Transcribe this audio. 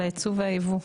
על הייצוא והייבוא.